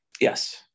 Yes